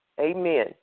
Amen